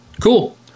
Cool